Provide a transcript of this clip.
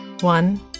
One